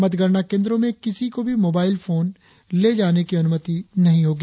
मतगणना केंद्रों में किसी को भी मोबाइल फोन ले जाने की अनुमति नहीं होगी